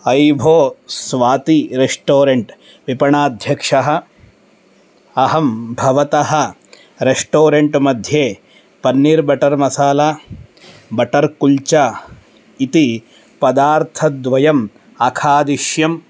ऐभो Swati restaurant विपणाध्यक्षः अहं भवतः रेष्टोरेण्ट् मध्ये पन्नीर् बटर्मसाला बटर्कुल्चा इति पदार्थद्वयम् अखादिश्यम्